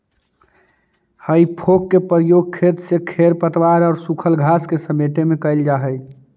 हेइ फोक के प्रयोग खेत से खेर पतवार औउर सूखल घास के समेटे में कईल जा हई